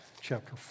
chapter